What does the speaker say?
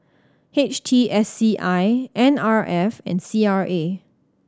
H T S C I N R F and C R A